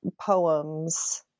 poems